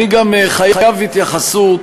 אני גם חייב התייחסות